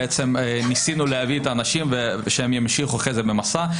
בעצם ניסינו להביא את האנשים ושהם ימשיכו אחר כך ב'מסע'.